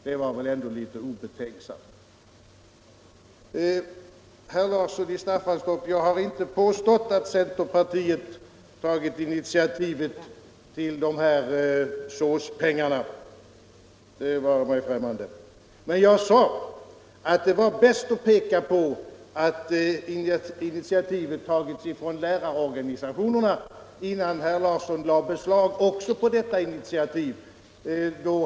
Det var väl ändå litet obetänksamt. Jag har inte, herr Larsson i Staffanstorp, påstått att centerpartiet har tagit initiativet till dessa SÅS-pengar, det vare mig främmande. Men jag sade att det var bäst att peka på att initiativet tagits från lärarorganisationerna, innan herr Larsson lade beslag också på det initiativet.